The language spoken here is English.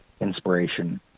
inspiration